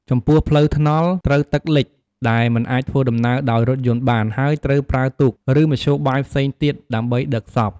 ចំពោះផ្លូវថ្នល់ត្រូវលិចទឹក ដែលមិនអាចធ្វើដំណើរដោយរថយន្តបាន ហើយត្រូវប្រើទូក ឬមធ្យោបាយផ្សេងទៀត ដើម្បីដឹកសព។